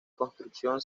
construcción